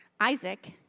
Isaac